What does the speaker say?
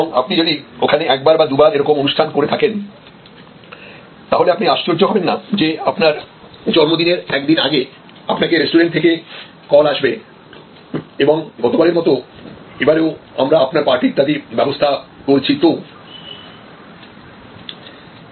এবং আপনি যদি ওখানে একবার বা দুবার এরকম অনুষ্ঠান করে থাকেন তাহলে আপনি আশ্চর্য হবেন না যে আপনার জন্মদিনের একদিন আগে আপনাকে রেস্টুরেন্ট থেকে কল আসবে এবং বলবে গতবারের মতো এবারেও আমরা আপনার পার্টি ইত্যাদির ব্যবস্থা করছিতো